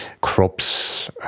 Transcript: crops